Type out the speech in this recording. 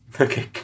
Okay